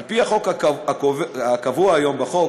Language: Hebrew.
על-פי הקבוע היום בחוק,